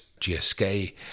GSK